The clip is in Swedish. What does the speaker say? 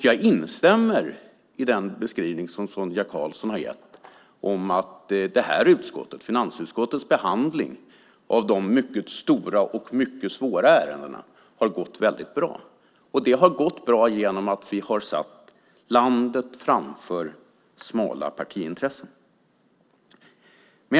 Jag instämmer i den beskrivning som Sonia Karlsson har gett, att finansutskottets behandling av de mycket stora och mycket svåra ärendena har gått väldigt bra. Och det har gått bra genom att vi har satt landet framför smala partiintressen.